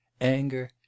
anger